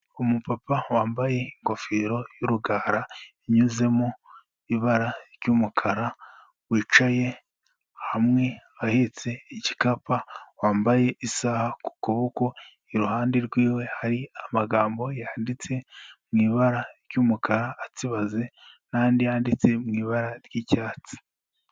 Umupapa wambaye ingofero y'urugara inyuzemo mu ibara ry'umukara, wicaye hamwe ahetse igikapa, wambaye isaha ku ku boko, iruhande rw'iwe hari amagambo yanditse mu ibara ry'umukara atsibaze n'andi yanditse mu ibara ry'icyatsi.